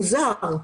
מוזר.